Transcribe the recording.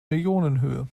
millionenhöhe